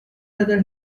later